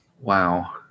Wow